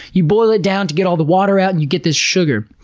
you boil it down to get all the water out, and you get this sugar.